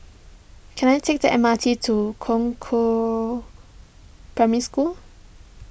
can I take the M R T to Concord Primary School